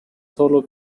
solo